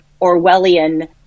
Orwellian